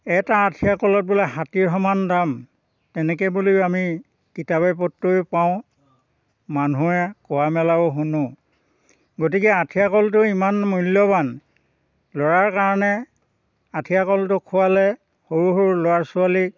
এটা আঠিয়া কলত বোলে হাতীৰ সমান দাম তেনেকে বুলি আমি কিতাপে পত্ৰয়ো পাওঁ মানুহে কোৱা মেলাও শুনো গতিকে আঠিয়া কলটো ইমান মূল্য়ৱান ল'ৰাৰ কাৰণে আঠিয়া কলটো খুৱালে সৰু সৰু ল'ৰা ছোৱালীক